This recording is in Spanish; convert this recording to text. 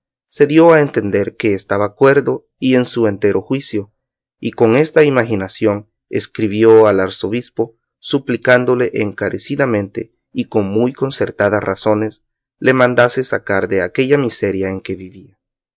se dio a entender que estaba cuerdo y en su entero juicio y con esta imaginación escribió al arzobispo suplicándole encarecidamente y con muy concertadas razones le mandase sacar de aquella miseria en que vivía